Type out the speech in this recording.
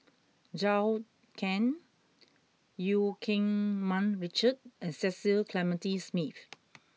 Zhou Can Eu Keng Mun Richard and Cecil Clementi Smith